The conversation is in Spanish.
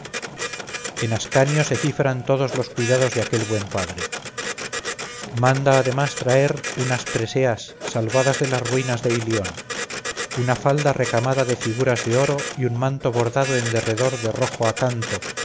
en ascanio se cifran todos los cuidados de aquel buen padre manda además traer unas preseas salvadas de las ruinas de ilión una falda recamada de figuras de oro y un manto bordado en derredor de rojo acanto